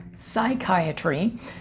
Psychiatry